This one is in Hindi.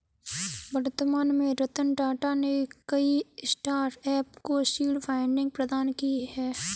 वर्तमान में रतन टाटा ने कई स्टार्टअप को सीड फंडिंग प्रदान की है